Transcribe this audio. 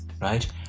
right